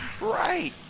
Right